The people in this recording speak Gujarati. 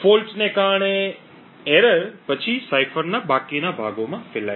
દોષ ને કારણે ભૂલ પછી સાયફરના બાકીના ભાગોમાં ફેલાય છે